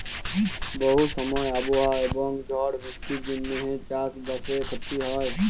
বহু সময় আবহাওয়া এবং ঝড় বৃষ্টির জনহে চাস বাসে ক্ষতি হয়